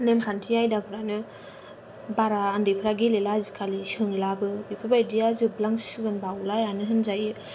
नेमखान्थि आयदाफ्रानो बारा उन्दैफ्रा गेलेला आजिखालि सोंलाबो बेफोरबादिया जोबलांसिगोन बावलायलानो होनजायो